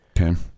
Okay